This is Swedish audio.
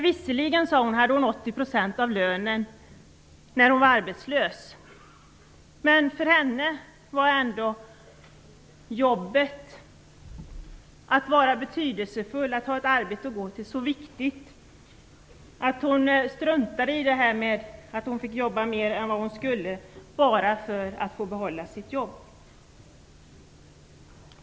Visserligen, sade hon, har hon 80 % av lönen när hon är arbetslös, men för henne var ändå jobbet, att vara betydelsefull och att ha ett arbete att gå till, något så viktigt att hon struntade i att hon fick jobba mer än hon skulle, bara hon fick behålla sitt arbete.